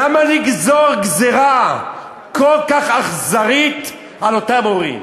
למה לגזור גזירה כל כך אכזרית על אותם הורים?